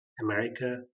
America